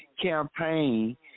campaign